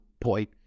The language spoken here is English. point